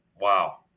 Wow